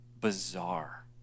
bizarre